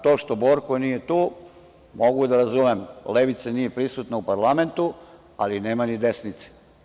To što Borko nije tu, mogu da razumem, levica nije prisutna u parlamentu, ali nema ni desnice.